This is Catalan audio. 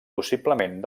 possiblement